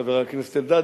חבר הכנסת אלדד,